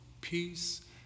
peace